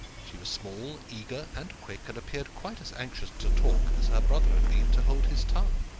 she was small, eager, and quick, and appeared quite as anxious to talk as her brother had been to hold his tongue.